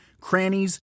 crannies